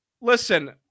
listen